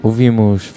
Ouvimos